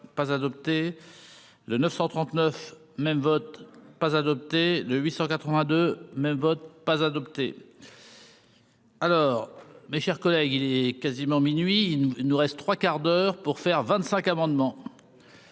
pas adopté le 939 même vote pas adopté de 882 même vote pas adopté. Alors, mes chers collègues, il est quasiment minuit il nous nous reste 3 quarts d'heure pour faire vingt-cinq amendements.